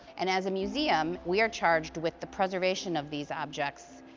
and as a museum, we are charged with the preservation of these objects,